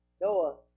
Noah